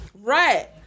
right